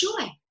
joy